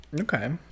Okay